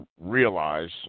realize